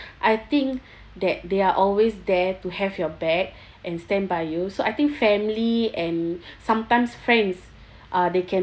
I think that they are always there to have your back and standby you so I think family and sometimes friends uh they can